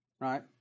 right